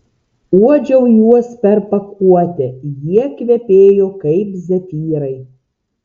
uodžiau juos per pakuotę jie kvepėjo kaip zefyrai